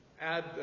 add